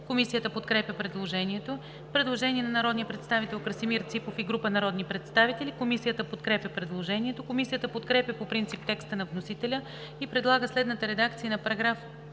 Комисията подкрепя предложението. Предложение на народния представител Красимир Ципов и група народни представители. Комисията подкрепя предложението. Комисията подкрепя по принцип текста на вносителя и предлага следната редакция на §